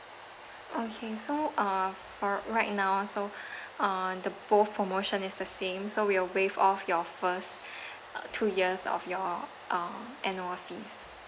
okay so uh for right now so uh the both promotion is the same so we'll waive off your first two years of your uh annual fees